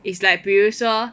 is like 比如说